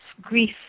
grief